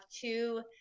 two